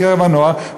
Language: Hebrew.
בקרב הנוער.